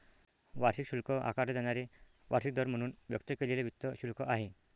वार्षिक शुल्क आकारले जाणारे वार्षिक दर म्हणून व्यक्त केलेले वित्त शुल्क आहे